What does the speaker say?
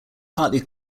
partly